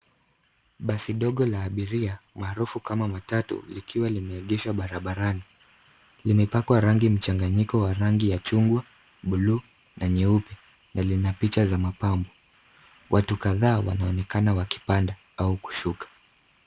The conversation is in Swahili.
Basi ndogo la abiria maarufu kama matatu likiwa limeegeshwa barabarani. Limepakwa rangi mchanganyiko wa rangi ya chungwa, buluu na nyeupe na lina picha za mapambo. Watu kadhaa wanaonekana wakipanda au kushuka.